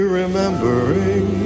remembering